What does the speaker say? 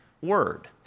word